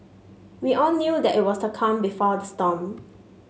we all knew that it was the calm before the storm